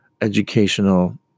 educational